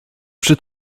przy